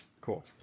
cool